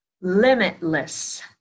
limitless